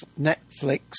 Netflix